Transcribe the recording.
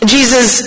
Jesus